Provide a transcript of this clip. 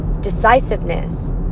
Decisiveness